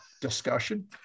discussion